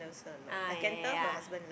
ah ya ya ya